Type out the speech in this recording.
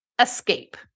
Escape